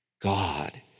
God